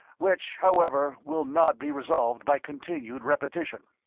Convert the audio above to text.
which however will not be resolved by continued repetition.